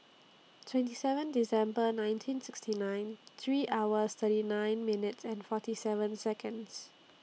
twenty seven December nineteen sixty nine three hour thirty nine minutes and forty seven Seconds